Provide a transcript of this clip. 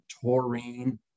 taurine